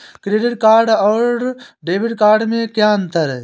Credit card और debit card में क्या अंतर है?